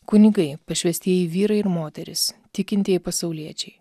kunigai pašvęstieji vyrai ir moterys tikintieji pasauliečiai